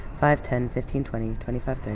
five, ten, fifteen, twenty, twenty five,